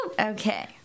Okay